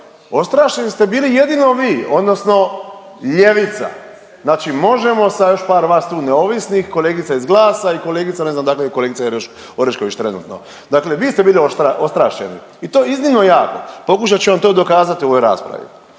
ostrašeni ste bili jedino vi odnosno ljevica, znači Možemo sa još par vas tu neovisnih kolegica iz GLAS-a i kolegica ne znam odakle je kolegica Orešković trenutno, dakle vi ste bili ostrašćeni i to iznimno jako, pokušat ću vam to dokazati u ovoj raspravi.